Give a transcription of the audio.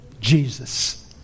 Jesus